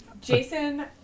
Jason